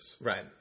Right